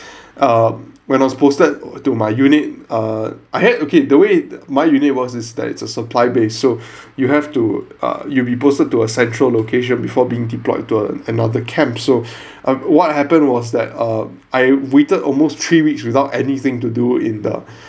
um when I was posted to my unit uh I had [ah} okay the way my unit was is that it's a supply base so you have to err you'll be posted to a central location before being deployed to another camp so um what happened was that um I waited almost three weeks without anything to do in the